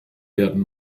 werden